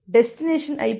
destination IP